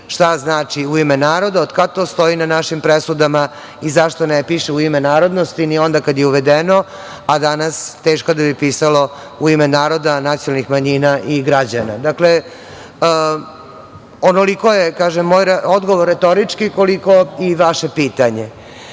šta znači „u ime naroda“, od kad to stoji na našim presudama i zašto ne piše „ u ime narodnosti“ ni onda kada je uvedeno, a danas teško da bi pisalo „u ime naroda, nacionalnih manjina i građana“. Dakle, onoliko je, kažem, moj odgovor retorički koliko i vaše pitanje. Što